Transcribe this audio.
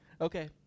Okay